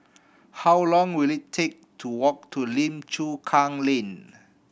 how long will it take to walk to Lim Chu Kang Lane